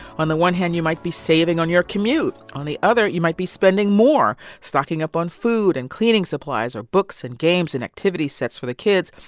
on the one hand, you might be saving on your commute on the other, you might be spending more stocking up on food and cleaning supplies or books and games and activity sets for the kids.